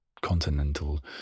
continental